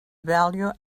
value